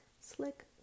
Slick